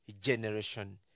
generation